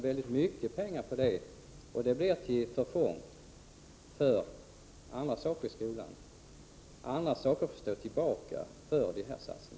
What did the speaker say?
Väldigt mycket pengar satsas ju i detta sammanhang, till förfång för andra satsningar i skolan.